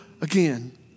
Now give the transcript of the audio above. again